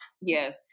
Yes